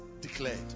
declared